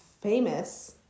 famous